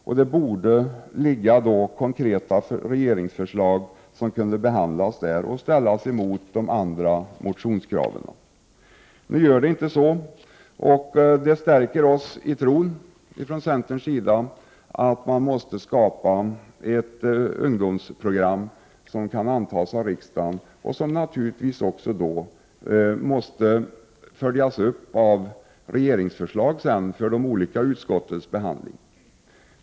Därför borde konkreta regeringsförslag föreligga för behandling och där ställas mot motionskraven. Så är nu inte fallet, vilket stärker oss från centerns sida i tron att man måste skapa ett ungdomsprogram som kan antas av riksdagen och som naturligtvis då också måste följas upp av regeringsförslag för de olika utskottens behandling.